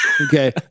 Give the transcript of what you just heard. Okay